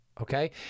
Okay